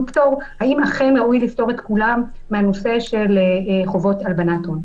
פטור האם אכן ראוי לפטור את כולם מהחובות של הלבנת הון.